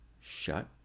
shut